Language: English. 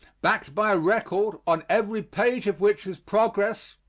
backed by a record, on every page of which is progress,